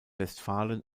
westfalen